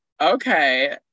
okay